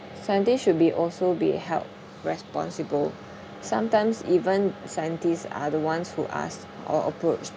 scientists should be also be held responsible sometimes even scientists are the ones who asked or approached